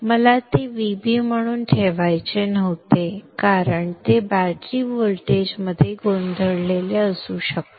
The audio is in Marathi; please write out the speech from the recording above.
मला ते Vb म्हणून ठेवायचे नव्हते कारण ते बॅटरी व्होल्टेजमध्ये गोंधळलेले असू शकते